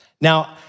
Now